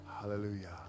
Hallelujah